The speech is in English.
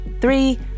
Three